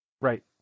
right